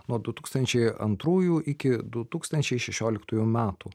nuo du tūkstančiai antrųjų iki du tūkstančiai šešioliktųjų metų